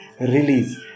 release